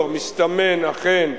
מסתמן, אכן,